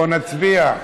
בואו נצביע.